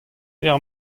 teir